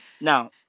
Now